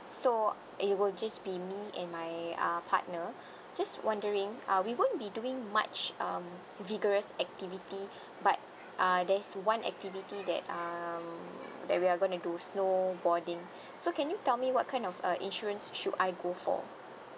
so it will just be me and my uh partner just wondering uh we won't be doing much um vigorous activity but uh there's one activity that um that we're gonna do snowboarding so can you tell me what kind of uh insurance should I go for